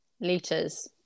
Liters